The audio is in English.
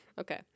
Okay